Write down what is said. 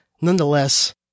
nonetheless